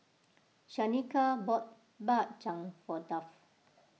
Shanika bought Bak Chang for Duff